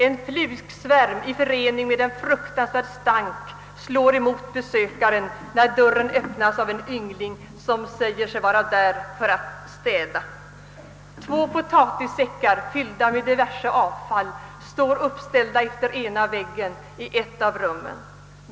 En flugsvärm i förening med fruktansvärd stank slår emot besökaren, när dörren öppnas av en yngling som säger sig vara där för att städa. Två potatissäckar fyllda med diverse avfall står uppställda utefter ena väggen i ett av rummen.